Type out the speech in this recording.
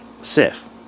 Sif